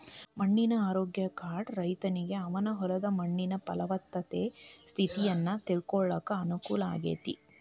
ಮಣ್ಣಿನ ಆರೋಗ್ಯ ಕಾರ್ಡ್ ರೈತನಿಗೆ ಅವನ ಹೊಲದ ಮಣ್ಣಿನ ಪಲವತ್ತತೆ ಸ್ಥಿತಿಯನ್ನ ತಿಳ್ಕೋಳಾಕ ಅನುಕೂಲ ಆಗೇತಿ